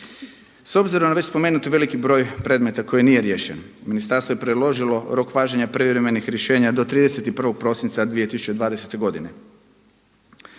S obzirom na već spomenuti veliki broj predmeta koji nije riješen, ministarstvo je predložilo rok važenja privremenih rješenja do 31. prosinca 2020. godine.